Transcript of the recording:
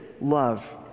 love